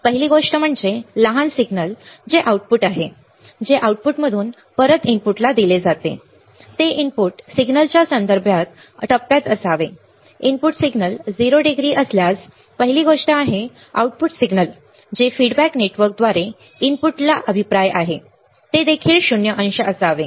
पहिली गोष्ट म्हणजे लहान सिग्नल जे आउटपुट आहे जे आउटपुटमधून परत इनपुटला दिले जाते ते इनपुट सिग्नलच्या संदर्भात टप्प्यात असावे इनपुट सिग्नल 0 डिग्री असल्यास पहिली गोष्ट आहे आऊटपुट सिग्नल जे फीडबॅक नेटवर्कद्वारे इनपुटला अभिप्राय आहे ते देखील 0 अंश असावे